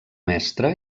mestre